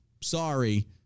Sorry